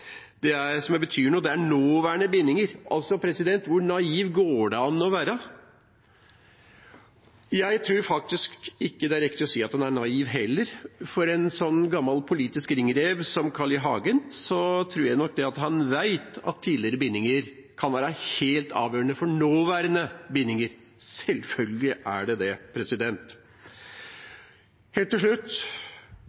noe, er nåværende bindinger. Hvor naiv går det an å være? Jeg tror faktisk ikke det er riktig å si at en er naiv heller, for en gammel politisk ringrev som Carl I. Hagen tror jeg nok vet at tidligere bindinger kan være helt avgjørende for nåværende bindinger. Selvfølgelig er de det.